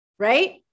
Right